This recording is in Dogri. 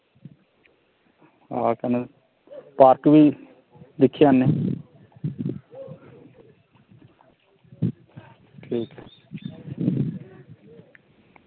आं कन्नै पार्क बी दिक्खेआ में